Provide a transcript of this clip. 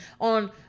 on